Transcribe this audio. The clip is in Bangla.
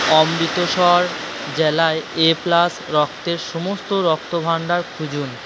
অমৃতসর জেলায় এ প্লাস রক্তের সমস্ত রক্তভাণ্ডার খুঁজুন